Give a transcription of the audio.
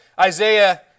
Isaiah